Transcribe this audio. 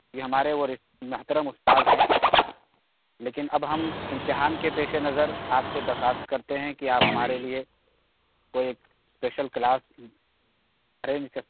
یہ ہمارے وہ محترم استاد ہیں لیکن اب ہم امتحان کے پیش نظر آپ سے درخواست کرتے ہیں کہ آپ ہمارے لیے کوئی ایک اسپیشل کلاس ارینج کر